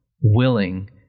willing